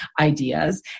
ideas